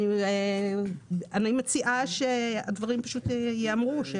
אני מציעה שהדברים פשוט ייאמרו.